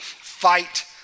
fight